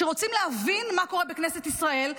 שרוצים להבין מה קורה בכנסת ישראל,